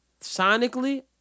Sonically